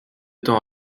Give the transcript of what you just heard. temps